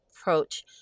approach